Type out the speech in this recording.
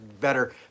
better